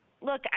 Look